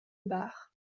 bar